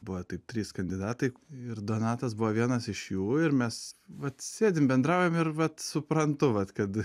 buvo taip trys kandidatai ir donatas buvo vienas iš jų ir mes vat sėdim bendraujam ir vat suprantu vat kad